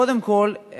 קודם כול,